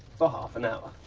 for half an hour.